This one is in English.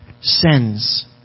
sends